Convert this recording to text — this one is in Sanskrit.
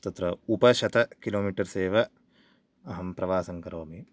तत्र उपशतकिलोमीटर्स् एव अहं प्रवासं करोमि